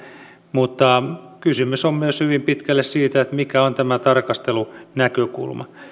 mutta kysymys on myös hyvin pitkälle siitä mikä on tämä tarkastelunäkökulma